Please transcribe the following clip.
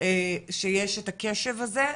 שיש את הקשב הזה?